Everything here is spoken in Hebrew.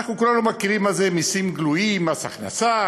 אנחנו כולנו יודעים מה זה מסים גלויים: מס הכנסה,